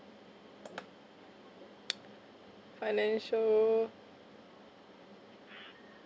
financial